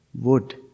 wood